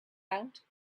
out